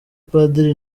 padiri